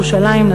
ירושלים,